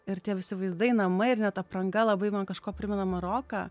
ir tie visi vaizdai namai ir net apranga labai man kažkuo primena maroką